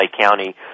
County